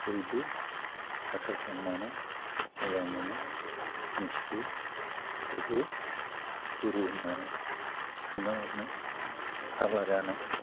बयबो आसा खालामनानै मोजां मोनो मिथिगौ बेखौ गुरु होन्नानै सैमा अरनाय फाग्ला जानाय